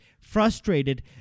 frustrated